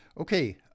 Okay